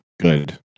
Good